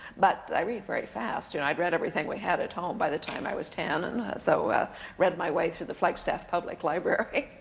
but i read very fast, and i read everything we had at home by the time i was ten, and so i read my way through the flagstaff public library.